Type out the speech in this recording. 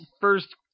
first